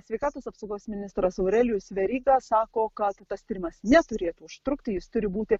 sveikatos apsaugos ministras aurelijus veryga sako kad tas tyrimas neturėtų užtrukti jis turi būti